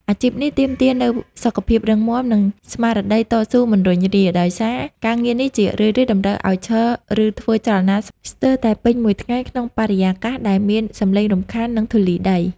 អាជីពនេះទាមទារនូវសុខភាពរឹងមាំ និងស្មារតីតស៊ូមិនរុញរា ដោយសារការងារនេះជារឿយៗតម្រូវឱ្យឈរ ឬធ្វើចលនាស្ទើរតែពេញមួយថ្ងៃក្នុងបរិយាកាសដែលមានសម្លេងរំខាន និងធូលីដី។